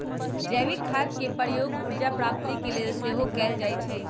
जैविक खाद के प्रयोग ऊर्जा प्राप्ति के लेल सेहो कएल जाइ छइ